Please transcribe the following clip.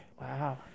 Wow